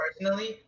personally